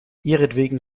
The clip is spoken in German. ihretwegen